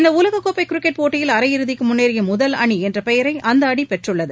இந்த உலக கோப்பை கிரிக்கெட் போட்டியில் அரையிறுதிக்கு முன்னேறிய முதல் அணி என்ற பெயரை அந்த அணி பெற்றுள்ளது